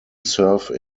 serve